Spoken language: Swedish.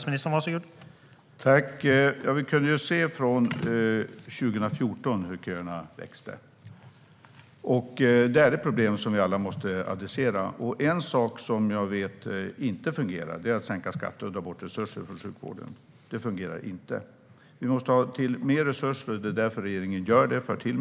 Herr talman! Vi har från 2014 kunnat se hur köerna har växt. Detta är ett problem som vi alla måste adressera. En sak som jag vet inte fungerar är att sänka skatter och ta bort resurser från sjukvården - det fungerar inte. Vi måste ha mer resurser, och det är därför regeringen tillför sådana.